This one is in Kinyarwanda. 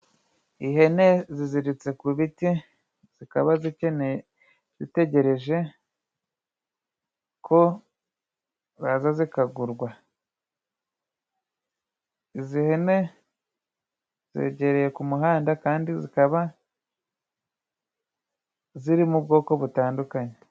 Ihene ziziritse ku biti ,zikaba zi zitegereje ko zaza zikagurwa ,izi hene zegereye ku muhanda kandi zikaba zirmo ubwoko butandukanye.